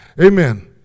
Amen